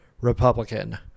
republican